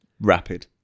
rapid